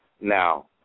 Now